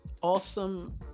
Awesome